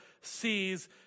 sees